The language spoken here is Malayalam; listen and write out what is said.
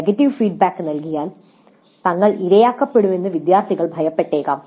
നെഗറ്റീവ് ഫീഡ്ബാക്ക് നൽകിയാൽ തങ്ങൾ ഇരയാകുമെന്ന് വിദ്യാർത്ഥികൾ ഭയപ്പെട്ടേക്കാം